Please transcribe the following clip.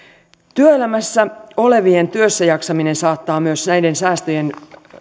työelämässä olevien työssäjaksaminen saattaa myös näiden säästöjen